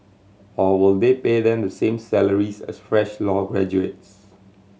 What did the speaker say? or will they pay them the same salaries as fresh law graduates